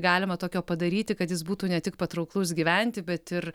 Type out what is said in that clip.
galima tokio padaryti kad jis būtų ne tik patrauklus gyventi bet ir